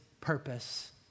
purpose